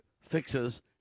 fixes